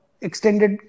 extended